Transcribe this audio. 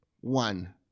one